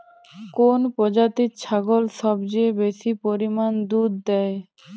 কোন প্রজাতির ছাগল সবচেয়ে বেশি পরিমাণ দুধ দেয়?